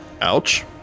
Ouch